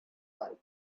like